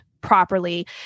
properly